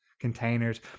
Containers